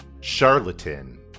Charlatan